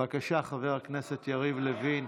בבקשה, חבר הכנסת יריב לוין.